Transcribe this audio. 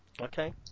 Okay